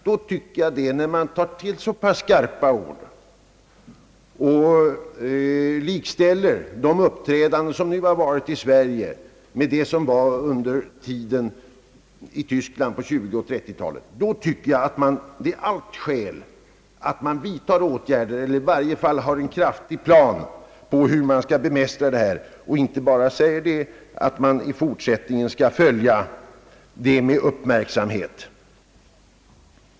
Mot bakgrunden av att justitieministern tillgripit så pass skarpa ord och likställer de uppträden som nu förekommit i Sverige med händelserna i Tyskland på 1920 och 1930-talen tycker jag att det är allt skäl att vidtaga åtgärder eller att åtminstone göra upp en plan som innefattar kraftfulla åtgärder för att söka bemästra problemet. Man skall inte bara säga att man i fortsättningen skall följa utvecklingen med uppmärksamhet.